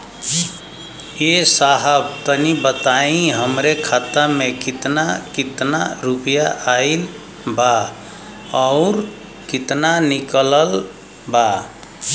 ए साहब तनि बताई हमरे खाता मे कितना केतना रुपया आईल बा अउर कितना निकलल बा?